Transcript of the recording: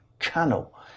channel